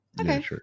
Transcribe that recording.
Okay